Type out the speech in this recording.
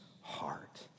heart